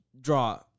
Draw